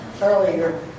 earlier